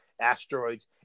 asteroids